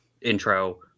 intro